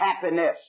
happiness